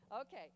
Okay